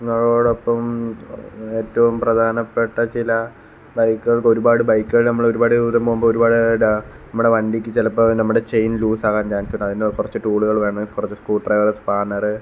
നിങ്ങളോടൊപ്പം ഏറ്റവും പ്രധാനപ്പെട്ട ചില ബൈക്കുകൾക്ക് ഒരുപാട് ബൈക്കുകൾ നമ്മൾ ഒരുപാട് ദൂരം പോവുമ്പോൾ ഒരുപാട് ട നമ്മുടെ വണ്ടിയ്ക്ക് ചിലപ്പോൾ നമ്മുടെ ചെയിൻ ലൂസാവാൻ ചാൻസുണ്ട് അതിനെ കുറച്ച് ടൂളുകൾ വേണം കുറച്ച് സ്ക്രൂഡ്രൈവർ സ്പാനർ